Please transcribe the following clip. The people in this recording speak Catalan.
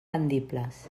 vendibles